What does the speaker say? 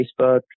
Facebook